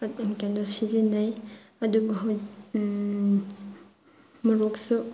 ꯀꯩꯅꯣ ꯁꯤꯖꯤꯟꯅꯩ ꯑꯗꯨꯕꯨ ꯃꯣꯔꯣꯛꯁꯨ